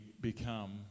become